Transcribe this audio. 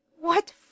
What